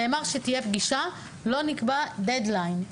נאמר שתהיה פגישה, לא נקבע דד ליין.